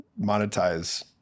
monetize